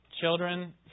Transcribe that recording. children